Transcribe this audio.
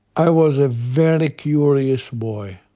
i was a very curious boy,